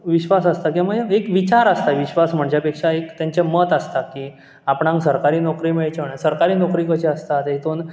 विश्वास आसता की म्हणजे एक विचार आसता विश्वास म्हणचें पेक्षा एक तेंचें मत आसता की आपणांग सरकारी नोकरी मेळची म्हणून सरकारी नोकरी कशी आसता तेतून